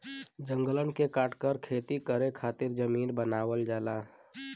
जंगलन के काटकर खेती करे खातिर जमीन बनावल जाला